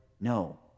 No